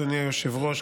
אדוני היושב-ראש.